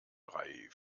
drei